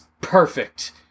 perfect